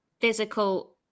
physical